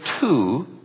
two